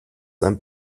ein